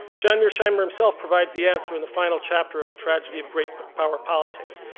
john mearsheimer himself provides the answer in the final chapter of the tragedy of great power politics.